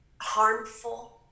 harmful